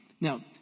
Now